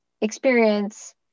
experience